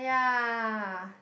ya